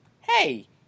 Hey